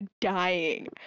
dying